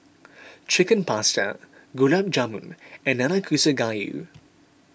Chicken Pasta Gulab Jamun and Nanakusa Gayu